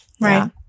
Right